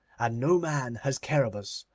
and no man has care of us.